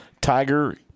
tiger